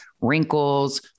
wrinkles